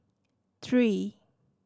three